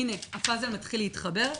הנה, הפאזל מתחיל להתחבר.